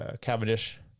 Cavendish